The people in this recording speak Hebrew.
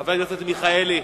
חבר הכנסת מיכאלי,